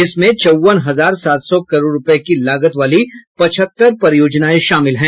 इसमें चौवन हजार सात सौ करोड़ रुपये की लागत वाली पचहत्तर परियोजनाएं शामिल हैं